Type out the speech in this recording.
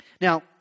Now